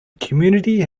community